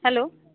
hello